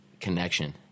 connection